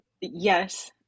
yes